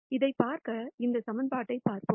இதைப் பார்க்க இந்த சமன்பாட்டைப் பார்ப்போம்